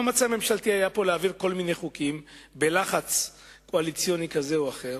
היה פה מאמץ ממשלתי להעביר כל מיני חוקים בלחץ קואליציוני כזה או אחר,